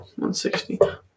160